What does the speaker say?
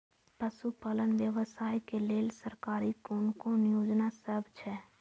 पशु पालन व्यवसाय के लेल सरकारी कुन कुन योजना सब छै?